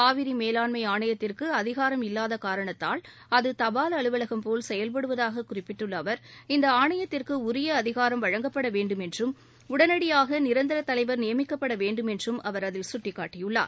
காவிரி மேலாண்மை ஆணையத்திற்கு அதிகாரம் இல்லாத காரணத்தால் அது தபால் அலுவலகம் போல் செயல்படுவதாக குறிப்பிட்ட அவர் இந்த ஆணையத்திற்கு உரிய அதிகாரம் வழங்கப்பட வேண்டும் என்றும் உடனடியாக நிரந்தர தலைவர் நியமிக்கப்பட வேண்டும் என்றும் அவர் அதில் சுட்டிக்காட்டியுள்ளார்